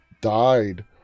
died